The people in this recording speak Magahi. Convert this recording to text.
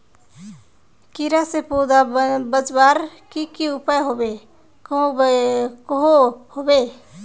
कीड़ा से पौधा बचवार की की उपाय होबे सकोहो होबे?